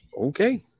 Okay